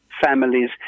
families